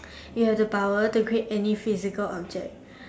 you have the power to create any physical object